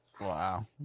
Wow